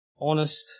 honest